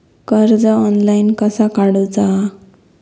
कर्ज ऑनलाइन कसा काडूचा?